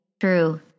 True